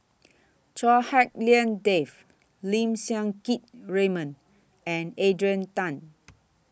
Chua Hak Lien Dave Lim Siang Keat Raymond and Adrian Tan